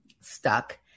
stuck